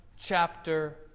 chapter